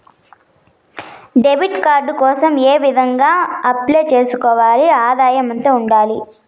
Debit card కోసం ఏ విధంగా అప్లై సేసుకోవాలి? ఆదాయం ఎంత ఉండాలి?